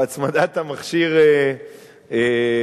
בהצמדת המכשיר למוח.